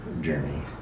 journey